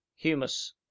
Humus